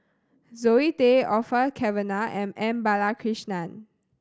Zoe Tay Orfeur Cavenagh and M Balakrishnan